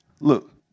look